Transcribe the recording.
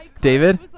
David